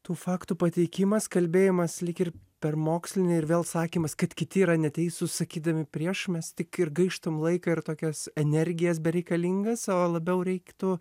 tų faktų pateikimas kalbėjimas lyg ir per mokslinį ir vėl sakymas kad kiti yra neteisūs sakydami prieš mes tik ir gaištam laiką ir tokias energijas bereikalingas o labiau reiktų